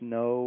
no